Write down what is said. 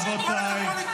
בגללכם,